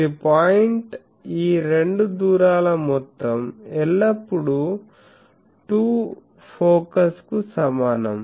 ఇది పాయింట్ ఈ రెండు దూరాల మొత్తం ఎల్లప్పుడూ 2 ఫోకస్కు సమానం